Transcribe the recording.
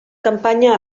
campanya